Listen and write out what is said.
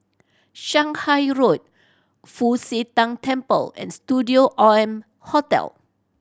Shanghai Road Fu Xi Tang Temple and Studio M Hotel